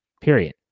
period